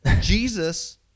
Jesus